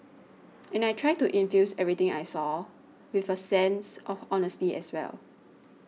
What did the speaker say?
and I try to infuse everything I say with a sense of honesty as well